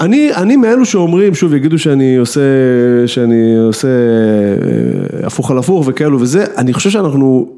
‫אני אני מאלו שאומרים, שוב, יגידו ‫שאני עושה... שאני עושה... הפוך על הפוך וכאלה וזה, ‫אני חושב שאנחנו...